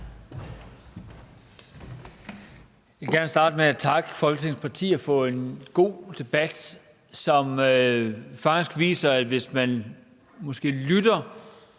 Jeg vil gerne starte med at takke Folketingets partier for en god debat, som faktisk viser, at hvis man måske lytter